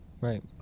Right